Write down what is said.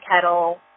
kettle